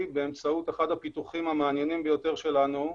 באמצעות אחד הפיתוחים המעניינים שלנו.